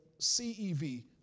CEV